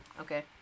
Okay